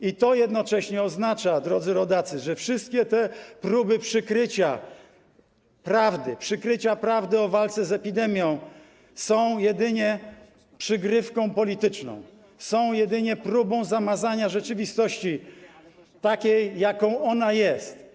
I to jednocześnie oznacza, drodzy rodacy, że wszystkie te próby przykrycia prawdy, przykrycia prawdy o walce z epidemią są jedynie przygrywką polityczną, są jedynie próbą zamazania rzeczywistości takiej, jaką ona jest.